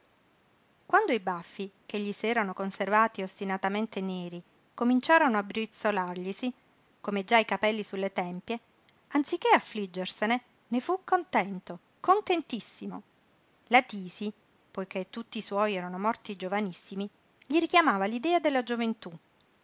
quando i baffi che gli s'erano conservati ostinatamente neri cominciarono a brizzolarglisi come già i capelli su le tempie anziché affliggersene ne fu contento contentissimo la tisi poiché tutti i suoi erano morti giovanissimi gli richiamava l'idea della gioventú